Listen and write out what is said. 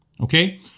Okay